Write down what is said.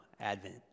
Advent